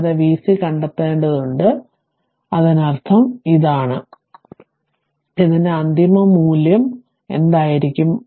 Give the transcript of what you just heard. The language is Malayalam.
കൂടാതെ vc കണ്ടെത്തേണ്ടതുണ്ട് അതിനർത്ഥം ഇത് എന്നാണ് ഇതിന്റെ അന്തിമ മൂല്യം എന്തായിരിക്കും